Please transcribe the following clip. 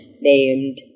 named